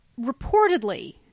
reportedly